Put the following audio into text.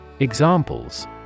Examples